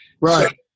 Right